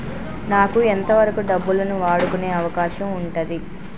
నాకు ఎంత వరకు డబ్బులను వాడుకునే అవకాశం ఉంటది?